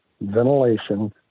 ventilation